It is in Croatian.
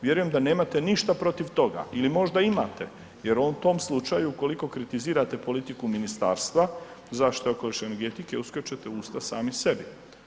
Vjerujem da nemate ništa protiv toga ili možda imate jer u tom slučaju koliko kritizirate politiku Ministarstva zaštite okoliša i energetike uskačete u usta sami sebi.